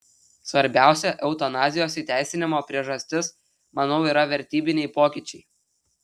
svarbiausia eutanazijos įteisinimo priežastis manau yra vertybiniai pokyčiai